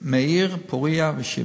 מאיר, פוריה ושיבא.